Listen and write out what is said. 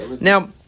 now